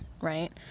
right